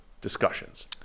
discussions